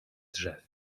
drzew